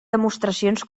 demostracions